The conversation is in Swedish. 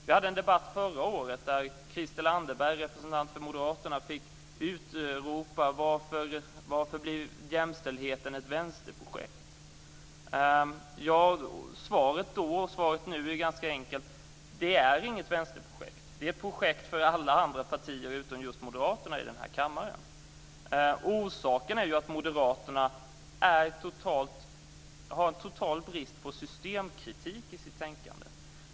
Vi hade en debatt förra året då Christel Anderberg, representant för Moderaterna, fick utropa: Varför blev jämställdheten ett Vänsterprojekt? Svaret var då och är nu ganska enkelt: Det är inget Vänsterprojekt. Det är ett projekt för alla andra partier utom för just Moderaterna i denna kammare. Orsaken är att Moderaterna har en total brist på systemkritik i sitt tänkande.